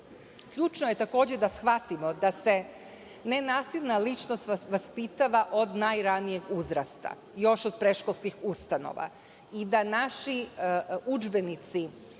je takođe da shvatimo da se nenasilna ličnost vaspitava od najranijeg uzrasta, još od predškolskih ustanova i da naši udžbenici